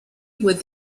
with